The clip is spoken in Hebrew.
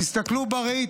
תסתכלו בראי,